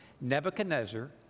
Nebuchadnezzar